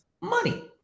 money